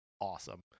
awesome